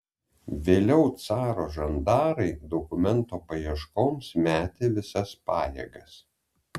vėliau caro žandarai dokumento paieškoms metė visas pajėgas